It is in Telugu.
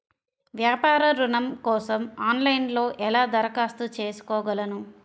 వ్యాపార ఋణం కోసం ఆన్లైన్లో ఎలా దరఖాస్తు చేసుకోగలను?